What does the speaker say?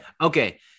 okay